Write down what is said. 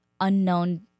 unknown